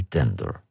Tender